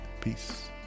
Peace